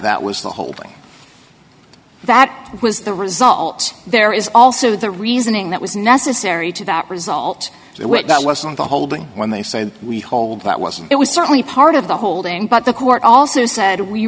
that was the holding that was the result there is also the reasoning that was necessary to that result when that wasn't the holding when they said we hold that was it was certainly part of the holding but the court also said we